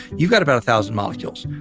you've got about a thousand molecules.